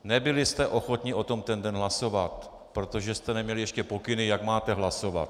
Nebyl jste ochotni o tom ten den hlasovat, protože jste neměli ještě pokyny, jak máte hlasovat.